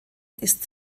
ist